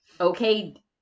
okay